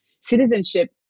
citizenship